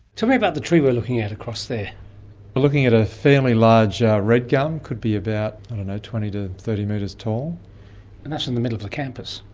tell me about the tree we're looking at across there. we're looking at a fairly large red gum, it could be about twenty to thirty metres tall. and that's in the middle of the campus.